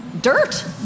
dirt